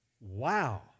Wow